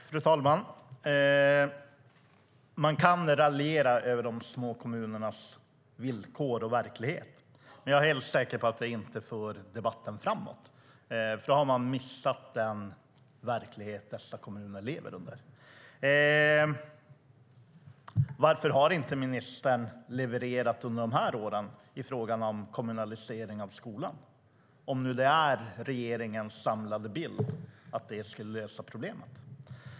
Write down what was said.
Fru talman! Man kan raljera över de små kommunernas villkor och verklighet, men jag är helt säker på att det inte för debatten framåt. I så fall har man missat den verklighet dessa kommuner lever i. Varför har ministern inte levererat under de här åren vad gäller förstatligandet av skolan, om det är regeringens samlade bild att det skulle vara lösningen?